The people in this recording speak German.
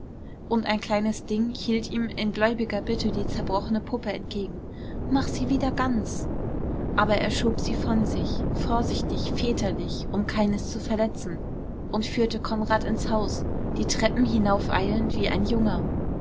und ein kleines ding hielt ihm in gläubiger bitte die zerbrochene puppe entgegen mach sie wieder ganz aber er schob sie von sich vorsichtig väterlich um keines zu verletzen und führte konrad ins haus die treppen hinaufeilend wie ein junger